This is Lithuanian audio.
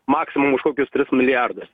maksimum už kokius tris milijardus